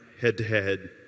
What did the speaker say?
head-to-head